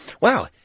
wow